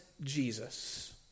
Jesus